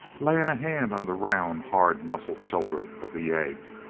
laying a hand on the round, hard-muscled shoulder of the yegg.